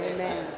Amen